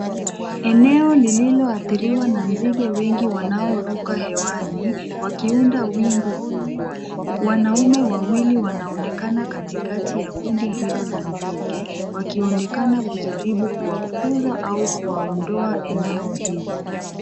Eneo lililoathiriwa na nzige wengi wanaoruka hewani, wakiunda wingu kubwa. Wanaume wawili wanaonekana katikati ya kundi hilo la nzige, wakionekana kujaribu kuwafukuza au kuwaondoa eneo hilo.